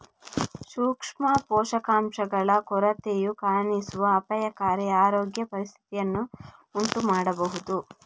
ಸೂಕ್ಷ್ಮ ಪೋಷಕಾಂಶಗಳ ಕೊರತೆಯು ಕಾಣಿಸುವ ಅಪಾಯಕಾರಿ ಆರೋಗ್ಯ ಪರಿಸ್ಥಿತಿಗಳನ್ನು ಉಂಟು ಮಾಡಬಹುದು